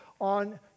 on